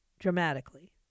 dramatically